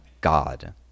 God